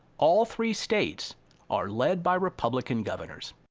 all three states are led by republican governors.